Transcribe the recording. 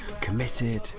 committed